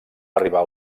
arribar